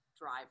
drive